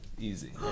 easy